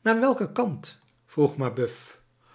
naar welken kant vroeg mabeuf